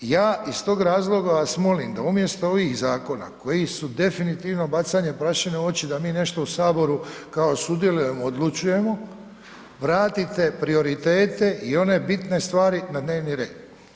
Ja iz tog razloga vas molim da umjesto ovih zakona koji su definitivno bacanje prašine u oči da mi nešto u saboru kao sudjelujemo, odlučujemo, vratite prioritete i one bitne stvari na dnevni red.